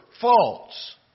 false